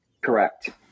Correct